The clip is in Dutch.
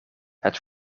het